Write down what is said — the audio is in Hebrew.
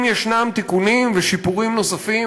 אם יש תיקונים ושיפורים נוספים,